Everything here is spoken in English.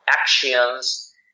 actions